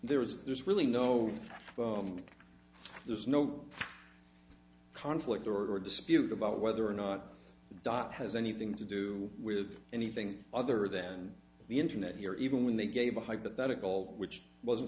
there is there's really no there's no conflict or dispute about whether or not dot has anything to do with anything other than the internet here even when they gave a hypothetical which wasn't